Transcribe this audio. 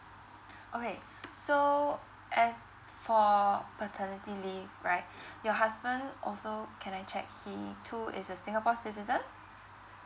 okay so as for paternity leave right your husband also can I check he too is a singapore's citizen